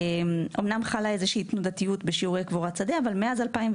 אמנם חלה איזושהי תנודתיות בשיעורי קבורת שדה אבל מאז 2016